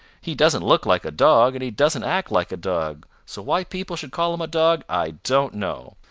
he doesn't look like a dog and he doesn't act like a dog, so why people should call him a dog i don't know,